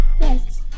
Yes